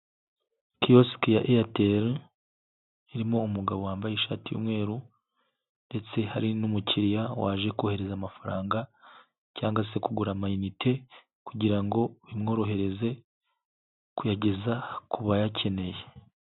Kiyosike ya airtel irimo umugabo wambaye ishati y'umweru ndetse hari n'umukiriya waje kohereza amafaranga cyangwa se kugura amayinite, kugira ngo bimworohereze kuyageza ku bayakeneye.